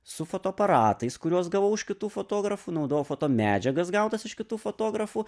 su fotoaparatais kuriuos gavau iš kitų fotografų naudojau fotomedžiagas gautas iš kitų fotografų